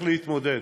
איך להתמודד.